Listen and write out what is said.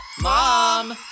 Mom